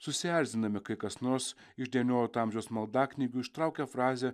susierziname kai kas nors iš devyniolikto amžiaus maldaknygių ištraukia frazę